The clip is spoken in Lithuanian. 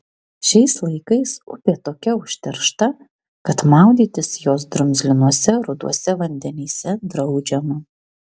šiais laikais upė tokia užteršta kad maudytis jos drumzlinuose ruduose vandenyse draudžiama